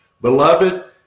Beloved